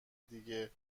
دیگه